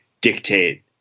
dictate